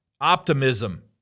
optimism